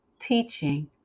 teaching